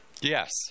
Yes